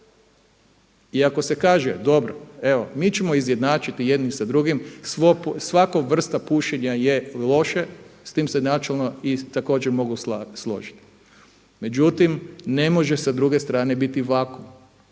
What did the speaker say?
I ako se kaže, dobro, evo mi ćemo izjednačiti jedni sa drugim, svaka vrsta pušenja je loše, s tim se načelno i također mogu složiti. Međutim ne može sa druge strane biti vakuum.